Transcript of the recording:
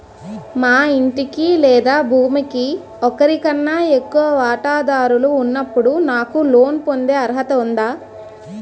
మా ఇంటికి లేదా భూమికి ఒకరికన్నా ఎక్కువ వాటాదారులు ఉన్నప్పుడు నాకు లోన్ పొందే అర్హత ఉందా?